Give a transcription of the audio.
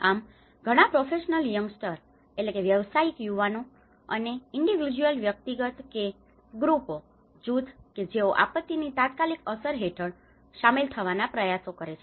આમ ઘણા professional youngster professional youngster વ્યવસાયિક યુવાનો અને ઇન્ડીવિડયુઅલ individualવ્યક્તિગત કે ગ્રુપો groupજૂથ કે જેઓ આપત્તિની તાત્કાલિક અસર હેઠળ શામેલ થવાના પ્રયાસો કરે છે